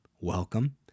Welcome